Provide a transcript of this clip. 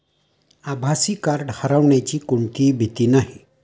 आभासी कार्ड हरवण्याची कोणतीही भीती नाही